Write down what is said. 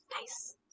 nice